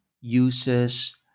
uses